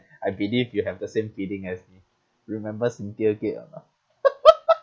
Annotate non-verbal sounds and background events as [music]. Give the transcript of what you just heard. I believe you have the same feeling as me remember cynthia gate or not [laughs]